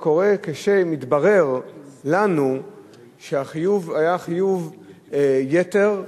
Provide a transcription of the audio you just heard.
מה קורה כשמתברר לנו שהחיוב היה חיוב יתר,